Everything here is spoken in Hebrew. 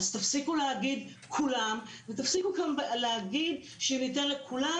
אז תפסיקו להגיד כולם ותפסיקו גם להגיד שאם ניתן לכולם,